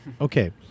Okay